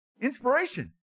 Inspiration